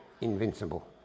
invincible